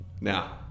now